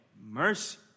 mercy